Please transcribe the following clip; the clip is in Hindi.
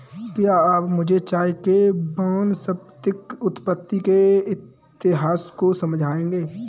क्या आप मुझे चाय के वानस्पतिक उत्पत्ति के इतिहास को समझाएंगे?